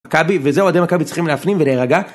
מכבי, וזה אוהדי מכבי צריכים להפנים ולהירגע